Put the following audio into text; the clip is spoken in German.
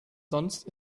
sonst